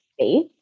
space